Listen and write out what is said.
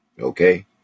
Okay